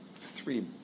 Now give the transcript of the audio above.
three